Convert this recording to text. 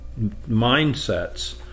mindsets